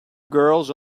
girls